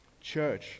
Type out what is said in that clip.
Church